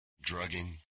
drugging